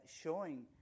showing